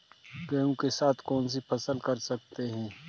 गेहूँ के साथ कौनसी फसल कर सकते हैं?